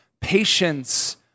patience